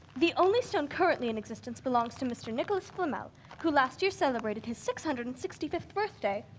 the only stone currently in existence belongs to mr. nicholas flamel who last year celebrated his six hundred and sixty fifth birthday.